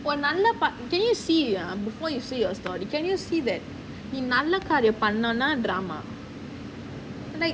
ஒரு நல்ல:oru nalla can you see ah before you say your story can you see that நீ நல்ல காரியம் பண்ணினா:nee nalla kaariyam panninaa drama like